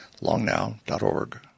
longnow.org